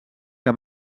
que